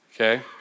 okay